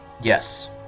Yes